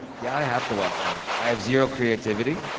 yeah, i have to watch them. i have zero creativity,